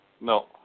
No